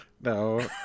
No